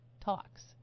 talks